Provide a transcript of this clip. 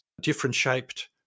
different-shaped